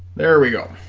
there we go